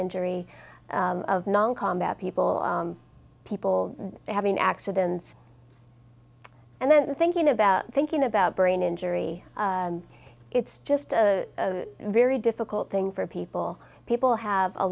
injury of non combat people people having accidents and then thinking about thinking about brain injury it's just a very difficult thing for people people have a